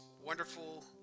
wonderful